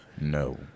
No